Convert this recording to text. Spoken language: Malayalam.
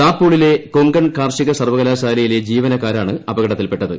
ദാപോളിയിലെ കൊങ്കൺ കാർഷിക സർവകലാശാലയിലെ ജീവനക്കാരാണ് അപകടത്തിൽപ്പെട്ടത്